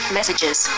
Messages